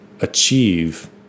achieve